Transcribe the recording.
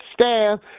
staff